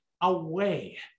away